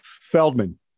Feldman